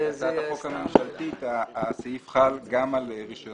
בהצעת החוק הממשלתית הסעיף חל גם על רישיון בסיסי.